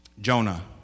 Jonah